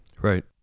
Right